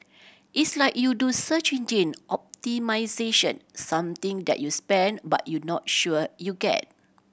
it's like you do search engine optimisation something that you spend but you not sure you get